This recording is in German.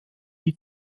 die